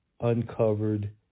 uncovered